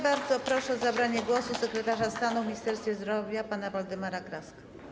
Bardzo proszę o zabranie głosu sekretarza stanu w Ministerstwie Zdrowia pana Waldemara Kraskę.